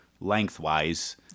lengthwise